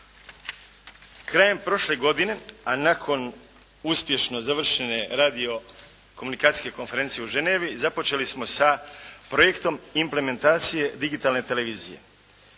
Krajem prošle godine, a nakon uspješno završene radiokomunikacijske konferencije u Ženevi započeli smo sa projektom implementacije digitalne televizije.